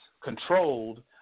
controlled